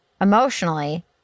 emotionally